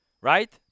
Right